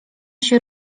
się